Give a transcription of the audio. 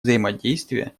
взаимодействия